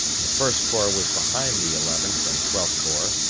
the first corps was behind the eleventh and twelfth corps,